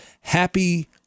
Happy